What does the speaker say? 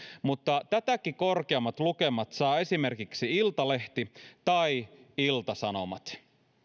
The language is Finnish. mutta tätäkin korkeammat lukemat saavat esimerkiksi iltalehti ja ilta sanomat